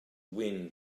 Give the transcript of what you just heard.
wind